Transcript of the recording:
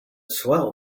swell